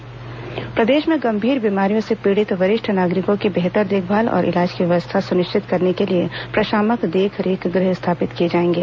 वरिष्ठ नागरिक प्रशामक गृह प्रदेश में गंभीर बीमारियों से पीड़ित वरिष्ठ नागरिकों की बेहतर देखभाल और इलाज की व्यवस्था सुनिश्चित करने के लिए प्रशामक देख रेख गृह स्थापित किए जाएंगे